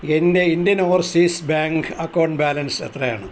എന്റെ Indian Overseas Bank account balance എത്രയാണ്